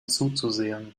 zuzusehen